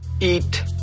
Eat